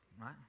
right